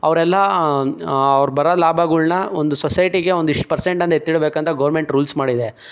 ಅವ್ರೆಲ್ಲ ಅವ್ರು ಬರೋ ಲಾಭಗಳನ್ನ ಒಂದು ಸೊಸೈಟಿಗೆ ಒಂದಿಷ್ಟು ಪರ್ಸೆಂಟ್ ಅಂತ ಎತ್ತಿಡಬೇಕಂತ ಗವರ್ನ್ಮೆಂಟ್ ರೂಲ್ಸ್ ಮಾಡಿದೆ